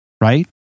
Right